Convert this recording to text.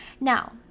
Now